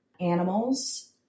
animals